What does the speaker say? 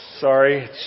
Sorry